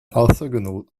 orthogonal